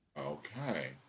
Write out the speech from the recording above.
Okay